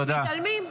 מתעלמים.